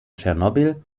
tschernobyl